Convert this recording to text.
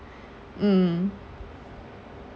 mm